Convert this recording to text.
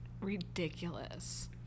Ridiculous